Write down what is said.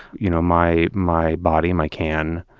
you know my my body, my can,